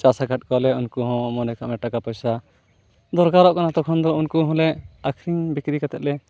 ᱪᱟᱥ ᱟᱠᱟᱫ ᱠᱚᱣᱟᱞᱮ ᱩᱱᱠᱚᱦᱚᱸ ᱢᱚᱱᱮᱠᱟᱜ ᱢᱮ ᱴᱟᱠᱟ ᱯᱚᱭᱥᱟ ᱫᱚᱨᱠᱟᱨᱚᱜ ᱠᱟᱱᱟ ᱛᱚᱠᱷᱚᱱ ᱫᱚ ᱩᱱᱠᱩᱦᱚᱸ ᱞᱮ ᱟᱹᱠᱷᱨᱤᱧ ᱵᱤᱠᱨᱤ ᱠᱟᱛᱮᱫᱞᱮ